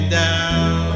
down